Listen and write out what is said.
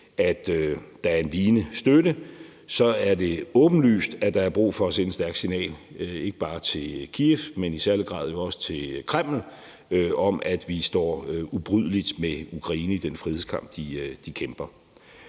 at der er en vigende støtte, så er det åbenlyst, at der er brug for at sende et stærkt signal ikke bare til Kyiv, men i særlig grad jo også til Kreml, om, at vi står ubrydeligt sammen med Ukraine i den frihedskamp, de kæmper.